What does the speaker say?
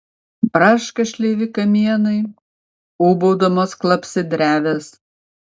braška šleivi kamienai ūbaudamos klapsi drevės